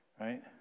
right